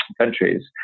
countries